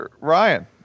Ryan